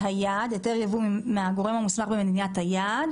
היתר יבוא מהגורם המוסמך במדינת היעד